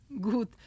good